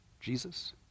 Jesus